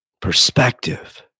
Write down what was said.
Perspective